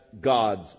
God's